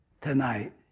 tonight